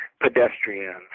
pedestrians